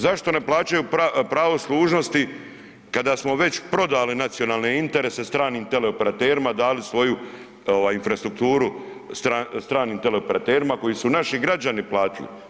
Zašto ne plaćaju pravo služnosti kada smo već prodali nacionalne interese stranim teleoperaterima, dali svoju infrastrukturu stranim teleoperaterima koji su naši građani platili?